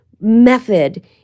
method